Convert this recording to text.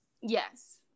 Yes